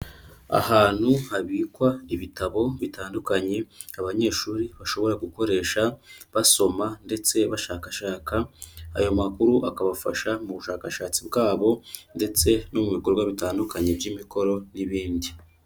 Ahantu habikwa ibitabo bitandukanye abanyeshuri bashobora gukoresha basoma ndetse bashakashaka ayo makuru, akabafasha mu bushakashatsi bwabo ndetse no mu bikorwa bitandukanye by'imikoro n'ibindi.